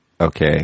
Okay